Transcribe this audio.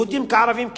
יהודים כערבים כאחד.